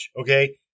okay